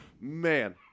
man